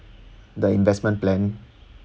the investment plan